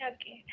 Okay